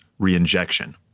reinjection